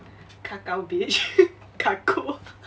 kakao bitch kakao